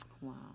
Wow